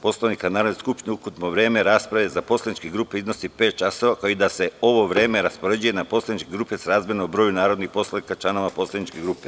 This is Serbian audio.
Poslovnika Narodne skupštine, ukupno vreme rasprave za poslaničke grupe iznosi pet časova,a kao i da se ovo vreme raspoređuje na poslaničke grupe srazmerno broju narodnih poslanika članova poslaničke grupe.